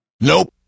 nope